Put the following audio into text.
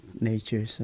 nature